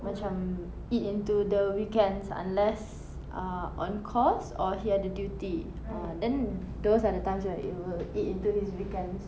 macam eat into the weekends unless uh on course or he ada duty ah then those are the times when it will eat into his weekends